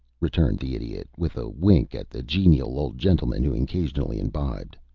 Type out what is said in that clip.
returned the idiot, with a wink at the genial old gentleman who occasionally imbibed.